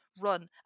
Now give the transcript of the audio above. run